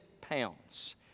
pounds